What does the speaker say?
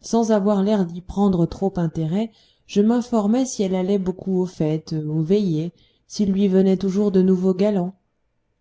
sans avoir l'air d'y prendre trop d'intérêt je m'informais si elle allait beaucoup aux fêtes aux veillées s'il lui venait toujours de nouveaux galants